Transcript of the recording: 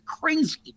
crazy